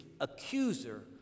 accuser